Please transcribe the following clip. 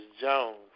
Jones